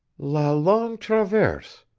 la longue traverse,